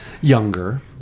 younger